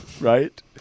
right